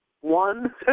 one